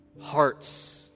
hearts